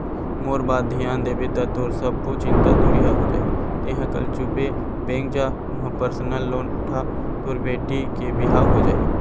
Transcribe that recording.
मोर बात धियान देबे ता तोर सब्बो चिंता दुरिहा हो जाही तेंहा कले चुप बेंक जा उहां परसनल लोन उठा तोर बेटी के बिहाव हो जाही